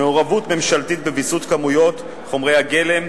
מעורבות ממשלתית בוויסות כמויות חומרי הגלם,